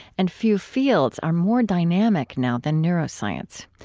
and few fields are more dynamic now than neuroscience.